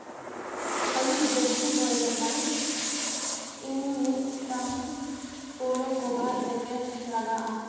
ᱟᱹᱭᱩᱵ ᱡᱟᱹᱥᱛᱤ ᱦᱚᱭ ᱞᱮᱠᱷᱟᱱ ᱤᱧ ᱢᱤᱫᱴᱟᱝ ᱯᱩᱨᱟᱹ ᱠᱚᱵᱷᱟᱨ ᱡᱮᱠᱮᱴ ᱞᱟᱜᱟᱼᱟ